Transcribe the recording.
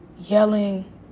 yelling